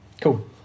cool